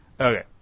Okay